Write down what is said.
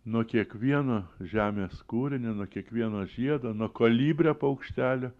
nuo kiekvieno žemės kūrinio nuo kiekvieno žiedo nuo kolibrio paukštelio